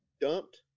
dumped